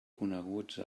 coneguts